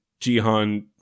Jihan